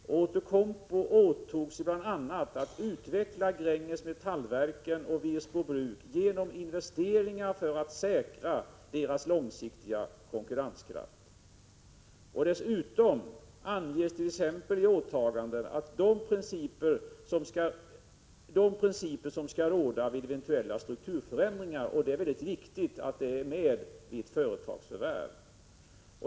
Outokumpu åtog sig bl.a. att utveckla Gränges Metallverken och Wirsbo Bruk genom investeringar för att säkra deras konkurrenskraft på lång sikt. Dessutom anges i fråga om åtagandenat.ex. de principer som skall råda vid eventuella strukturförändringar — och det är väldigt viktigt att det finns med vid företagsförvärv.